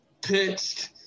pitched